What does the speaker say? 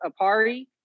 apari